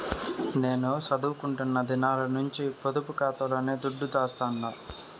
నేను సదువుకుంటున్న దినాల నుంచి పొదుపు కాతాలోనే దుడ్డు దాస్తండా